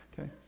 Okay